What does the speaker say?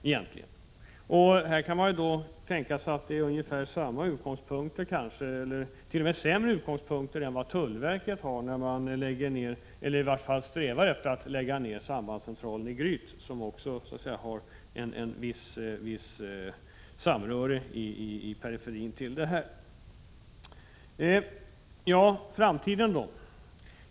Härvidlag kan det tänkas att det är samma utgångspunkter eller t.o.m. sämre utgångspunkter än tullverket har när man strävar efter att lägga ner sambandscentralen i Gryt — detta har i periferin en viss anknytning till det vi nu diskuterar. Och framtiden då?